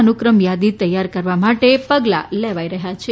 અનુક્રમ યાદી તૈયાર કરવા માટે પગલાં લેવાઈ રહ્યાં છે